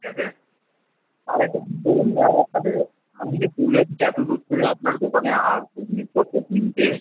ঠিক আছে আর একটা জিনিস ধরুন মানে আপনাদের আমি যে পুরুলিয়া থেকে এতো দূর থেকে আপনার দোকানে আসবো জিনিসপত্র কিনতে